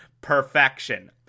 perfection